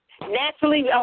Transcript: Naturally